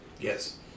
Yes